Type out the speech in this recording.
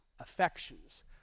affections